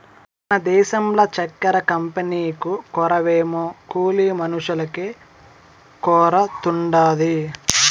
మన దేశంల చక్కెర కంపెనీకు కొరవేమో కూలి మనుషులకే కొరతుండాది